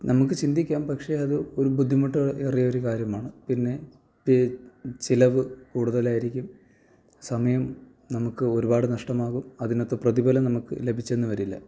നമുക്ക് ചിന്തിക്കാം പക്ഷേ അത് ഒരു ബുദ്ധിമുട്ടേറിയ ഒരു കാര്യമാണ് പിന്നെ ഈ ചിലവ് കൂടുതലായിരിക്കും സമയം നമുക്ക് ഒരുപാട് നഷ്ടമാകും അതിനൊത്ത് പ്രതിഫലം നമുക്ക് ലഭിച്ചെന്ന് വരില്ല